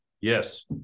Yes